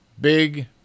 big